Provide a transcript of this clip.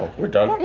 we're done.